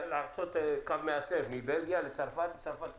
לעשות קו מאסף מבלגיה, לצרפת, מצרפת לספרד,